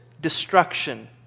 destruction